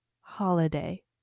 holiday